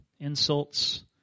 insults